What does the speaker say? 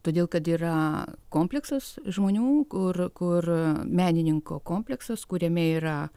todėl kad yra kompleksas žmonių kur kur menininko kompleksas kuriame yra